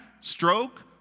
stroke